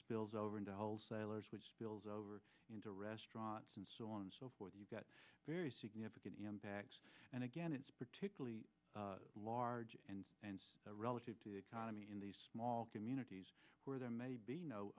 spills over into wholesalers which spills over into restaurants and so on and so forth you've got very significant impacts and again it's particularly large relative to the economy in these small communities where there may be no